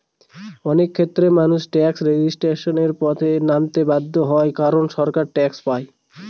অনেক ক্ষেত্রেই মানুষ ট্যাক্স রেজিস্ট্যান্সের পথে নামতে বাধ্য হয় কারন সরকার ট্যাক্স চাপায়